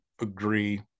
agree